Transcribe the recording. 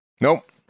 Nope